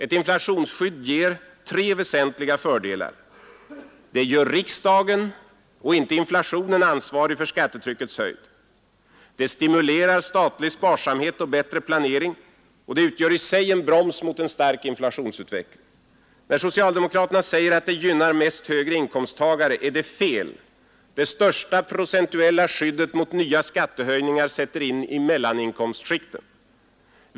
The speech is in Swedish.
Ett inflationsskydd ger tre väsentliga fördelar: det gör riksdagen och inte inflationen ansvarig för skattetryckets höjd, det stimulerar statlig sparsamhet och bättre planering, och det utgör i sig en broms mot en stark inflationsutveckling. När socialdemokraterna säger att det gynnar mest högre inkomsttagare är det fel: det största procentuella skyddet mot nya skattehöjningar sätter in i mellaninkomstskikten.